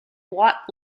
wat